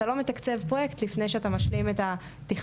אתה לא מתקצב פרויקט לפני שאתה משלים את התכנון